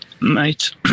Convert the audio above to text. mate